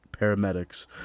paramedics